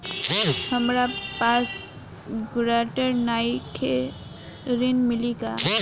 हमरा पास ग्रांटर नईखे ऋण मिली का?